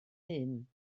hyn